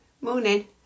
Morning